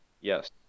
Yes